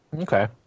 Okay